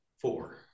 Four